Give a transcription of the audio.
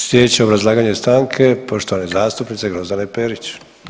Slijedeće obrazlaganje stanke poštovane zastupnice Grozdane Perić.